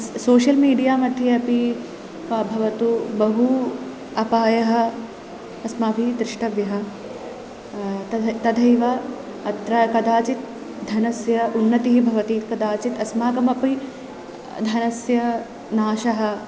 social media मध्ये अपि व भवतु बहु अपायः अस्माभिः द्रष्टव्यः तत् तथैव अत्र कदाचित् धनस्य उन्नतिः भवति कदाचित् अस्माकमपि धनस्य नाशः